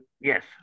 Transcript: Yes